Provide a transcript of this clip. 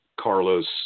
Carlos